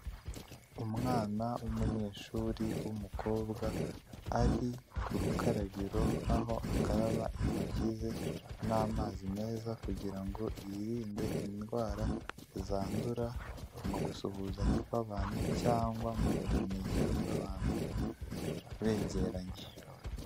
Umwana w'umunyeshuri w'umukobwa ari ku rukarabiro aho akaraba intoki ze n'amazi meza, kugira ngo yirinde indwara zandura mu gusuhuzanya kw'abantu cyangwa mu buhumekero bw'abantu begeranye.